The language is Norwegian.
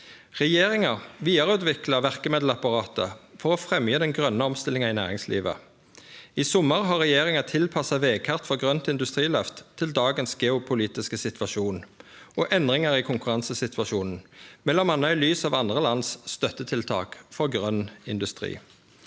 Regjeringa vidareutviklar verkemiddelapparatet for å fremje den grøne omstillinga i næringslivet. I sommar har regjeringa tilpassa vegkart for grønt industriløft til dagens geopolitiske situasjon og endringar i konkurransesituasjonen, m.a. i lys av andre lands støttetiltak for grøn industri.